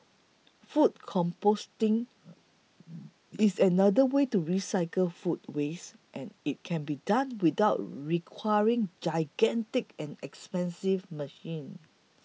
food composting is another way to recycle food waste and it can be done without requiring gigantic and expensive machines